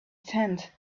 tent